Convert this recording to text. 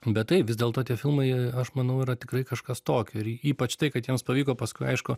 bet taip vis dėlto tie filmai aš manau yra tikrai kažkas tokio ir ypač tai kad jiems pavyko paskui aišku